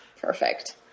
Perfect